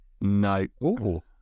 no